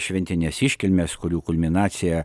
šventinės iškilmės kurių kulminacija